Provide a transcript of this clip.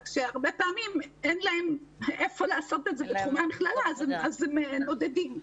רק שהרבה פעמים אין להם איפה לעשות את זה בתחומי המכללה אז הם נודדים.